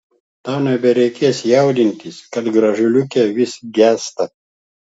tau nebereikės jaudintis kad gražuoliuke vis gęsta